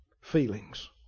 feelings